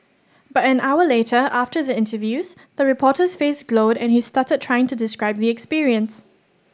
but an hour later after the interviews the reporter's face glowed and he stuttered trying to describe the experience